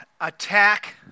attack